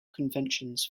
conventions